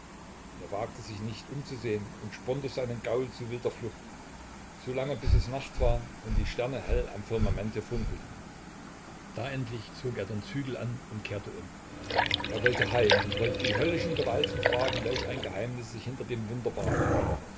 er wagte sich nicht umzusehn und spornte seinen gaul zu wilder flucht solange bis es nacht war und die sterne hell am firmamente funkelten da endlich zog er den zügel an und kehrte um er wollte heim und wollte die höllischen gewalten fragen welch ein geheimnis sich hinter dem wunder